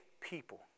people